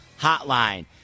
Hotline